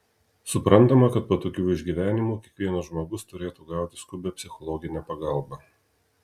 suprantama kad po tokių išgyvenimų kiekvienas žmogus turėtų gauti skubią psichologinę pagalbą